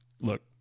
look